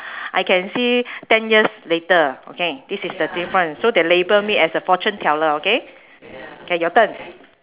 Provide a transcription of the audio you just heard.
I can see ten years later okay this is the difference so they label me as a fortune teller okay K your turn